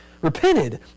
repented